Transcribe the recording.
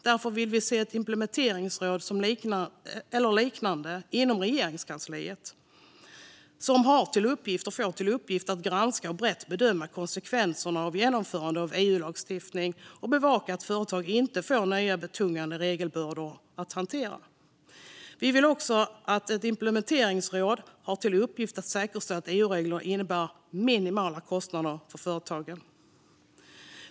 Därför vill vi se ett implementeringsråd eller liknande inom Regeringskansliet, som får till uppgift att granska och brett bedöma konsekvenserna av genomförande av EU-lagstiftning och att bevaka att företagen inte får nya betungande regelbördor att hantera. Vi vill att detta implementeringsråd också ska ha till uppgift att säkerställa att EU-reglerna innebär minimala kostnader för företagen.